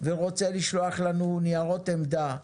ורוצה לשלוח לנו ניירות עמדה,